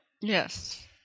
Yes